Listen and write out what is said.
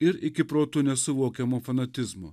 ir iki protu nesuvokiamo fanatizmo